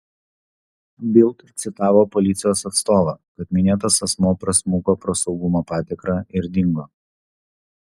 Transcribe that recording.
bild citavo policijos atstovą kad minėtas asmuo prasmuko pro saugumo patikrą ir dingo